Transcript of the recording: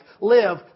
live